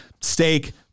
steak